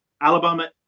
Alabama